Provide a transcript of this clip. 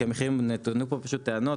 כי נטענו פה טענות,